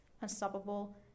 unstoppable